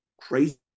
crazy